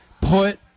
put